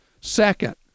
Second